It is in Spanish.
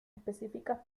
específicas